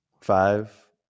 Five